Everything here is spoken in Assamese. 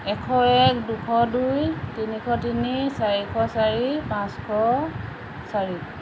এশ এক দুশ দুই তিনিশ তিনি চাৰিশ চাৰি পাঁচশ চাৰি